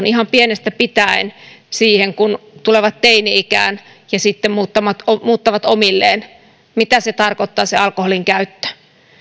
ihan pienestä pitäen ja kun he tulevat teini ikään ja sitten muuttavat omilleen ymmärtävät sen mitä alkoholi on ja mitä tarkoittaa se alkoholin käyttö